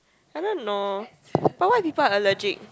I don't know but why people are allergic